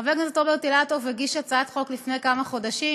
חבר הכנסת רוברט אילטוב הגיש הצעת חוק לפני כמה חודשים